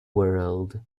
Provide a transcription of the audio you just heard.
world